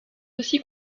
aussi